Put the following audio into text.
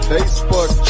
Facebook